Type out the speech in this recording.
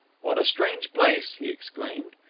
what a strange place! he exclaimed.